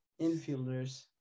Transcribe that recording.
infielders